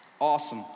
awesome